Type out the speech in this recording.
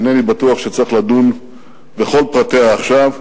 אינני בטוח שצריך לדון בכל פרטיה עכשיו,